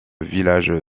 village